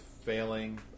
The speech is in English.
failing